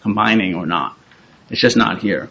combining or not it's just not here